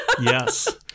Yes